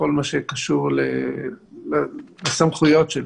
בכל מה שקשור לסמכויות שלו.